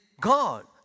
God